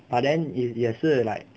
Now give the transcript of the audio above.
but then if 也是 like